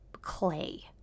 clay